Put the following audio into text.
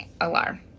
alarm